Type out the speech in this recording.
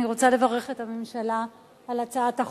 אני רוצה לברך את הממשלה על הצעת החוק.